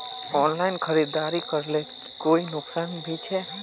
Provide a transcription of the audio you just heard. Online खरीदारी करले कोई नुकसान भी छे?